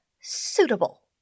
suitable